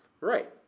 Right